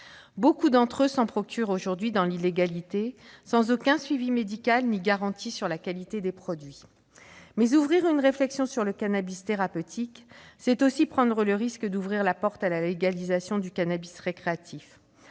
Beaucoup d'entre eux s'en procurent aujourd'hui dans l'illégalité, sans aucun suivi médical ni garantie sur la qualité des produits. Mais engager une réflexion sur le cannabis thérapeutique, c'est aussi prendre le risque d'ouvrir la porte à la légalisation du cannabis récréatif.